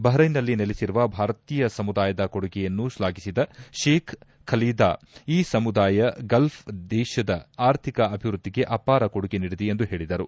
ಬಹರೈನ್ನಲ್ಲಿ ನೆಲೆಸಿರುವ ಭಾರತೀಯ ಸಮುದಾಯದ ಕೊಡುಗೆಯನ್ನು ಶ್ಲಾಘಿಸಿದ ಶೇಬ್ ಖಾಲೀದ್ಖೀ ಸಮುದಾಯ ಗಲ್ಫ್ ದೇಶದ ಆರ್ಥಿಕ ಅಭಿವೃದ್ಧಿಗೆ ಅಪಾರ ಕೊಡುಗೆ ನೀಡಿದೆ ಎಂದು ಹೇಳದರು